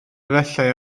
efallai